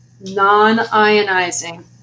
non-ionizing